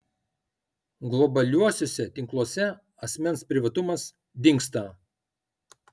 globaliuosiuose tinkluose asmens privatumas dingsta